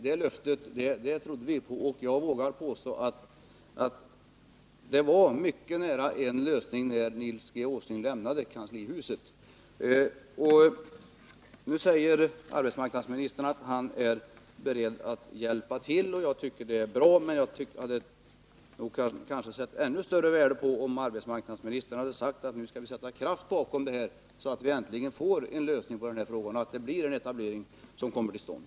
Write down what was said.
Det löftet trodde vi på, och jag vågar påstå att en lösning var mycket nära när Nils G. Åsling lämnade kanslihuset. Nu säger arbetsmarknadsministern att han är beredd att ”hjälpa till”. Jag tycker att det är bra, men jag hade satt ännu större värde på om arbetsmarknadsministern hade sagt att nu skall vi sätta kraft bakom orden, så att det här problemet äntligen får en lösning och en etablering verkligen kommer till stånd.